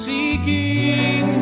Seeking